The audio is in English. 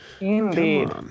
indeed